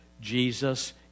Jesus